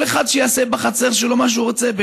כל אחד שיעשה בחצר שלו מה שהוא רוצה.